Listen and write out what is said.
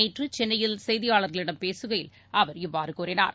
நேற்றுசென்னையில் செய்தியாளர்களிடம் பேசுகையில் அவர் இவ்வாறுகூறினார்